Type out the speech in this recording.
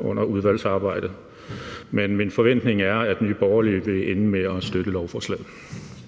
under udvalgsarbejdet. Men min forventning er, at Nye Borgerlige vil ende med at støtte lovforslaget.